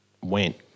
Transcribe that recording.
went